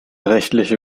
rechtliche